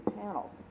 panels